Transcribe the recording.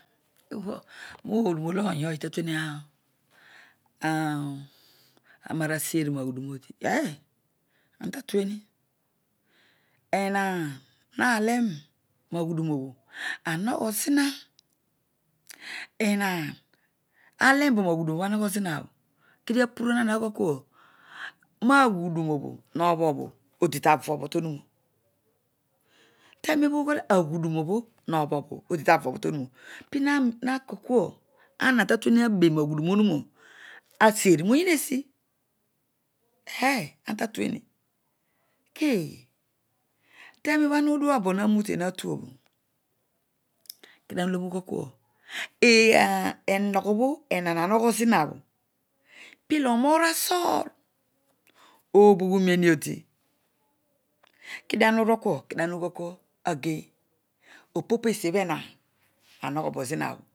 rhu ghool roolo ongooy ta maa aseri roaghduroobho todi eeh tatueni enaan halen roa ghuduroo bho anoghozina etaan alerobọro aghudurobho anogho bo zina bho kedio apu ruan ana aghool kua roaghuduro obho hobho bho odita vobho tonu roa, taroenobho aghuduroobho no bho bho odi tavo bho tohuroa pina kool kuu ana tatueni abe roa ghuduroo wuna aseri rooyinesi eeh ema tatueni keghe? Taroero obho ana udua bo una route hatuobho kedio ana uloghoro ughakua eaenoghobha elnaan anogho zina obho pilo omo̱o̱r asọọr oobhu ghuroehi odi kedio ama urokua kedio ana ugakia ageiy opopesiobho enaan oinogi bo zina obho